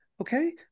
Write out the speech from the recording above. Okay